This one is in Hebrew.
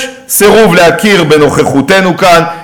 יש סירוב להכיר בנוכחותנו כאן,